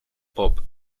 pop